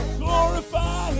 glorify